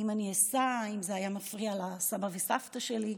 האם אני אסע, האם זה היה מפריע לסבא וסבתא שלי,